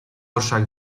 orszak